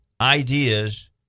ideas